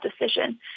decision